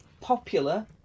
popular